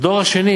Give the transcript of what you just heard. הדור השני